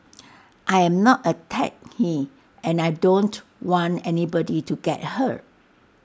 I am not A techie and I don't want anybody to get hurt